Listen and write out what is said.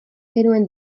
genuen